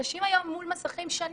אנשים היום מול מסכים וזאת בשעה ששנים